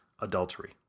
adultery